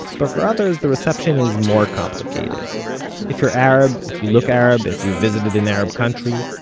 but for others, the reception is more complicated if you're arab, if you look arab, if you've visited an arab country,